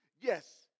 yes